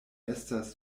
estas